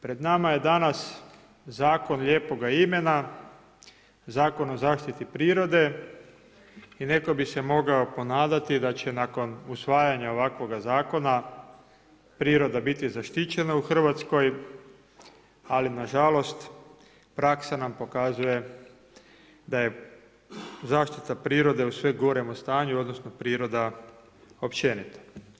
Pred nama je danas zakon lijepoga imena, Zakon o zaštiti prirode, i neko bi se mogao ponadati da će nakon usvajanja ovakvoga zakona priroda biti zaštićena u Hrvatskoj, ali nažalost praksa nam pokazuje da je zaštita prirode u sve goremu stanju odnosno priroda općenito.